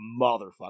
motherfucker